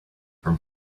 from